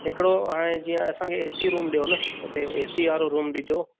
हिकिड़ो हाणे जीअं असांखे ए सी रूम ॾियो न हुते ए सी वारो रूम ॾिजो